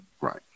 Right